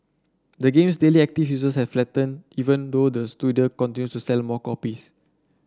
the game's daily active users has flattened even though the studio continues to sell more copies